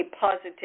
positive